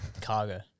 Cargo